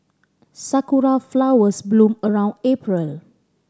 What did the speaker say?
sakura flowers bloom around April